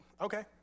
Okay